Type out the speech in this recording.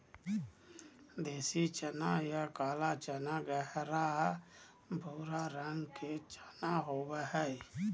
देसी चना या काला चना गहरा भूरा रंग के चना होबो हइ